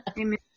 Amen